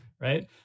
right